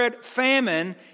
famine